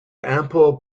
ample